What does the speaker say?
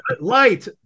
light